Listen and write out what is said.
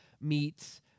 meets